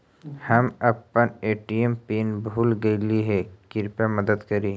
हम अपन ATM pin भूल गईली हे, कृपया मदद करी